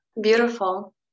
beautiful